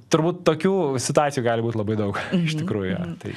turbūt tokių situacijų gali būt labai daug iš tikrųjų tai